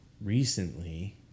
recently